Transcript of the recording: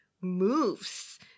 moves